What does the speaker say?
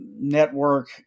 network